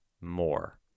more